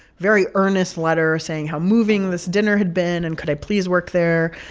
very earnest letter saying how moving this dinner had been. and could i please work there?